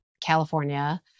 California